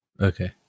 okay